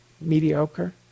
mediocre